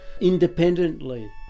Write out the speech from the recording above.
independently